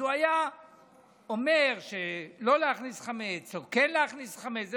אז הוא היה אומר שלא להכניס חמץ או כן להכניס חמץ,